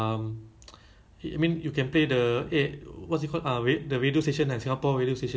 the google home speaker ah I mean the pe~ I mean google home ah